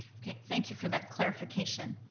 okay, thank you for that clarification.